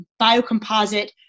biocomposite